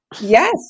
Yes